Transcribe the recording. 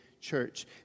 church